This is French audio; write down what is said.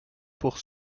pour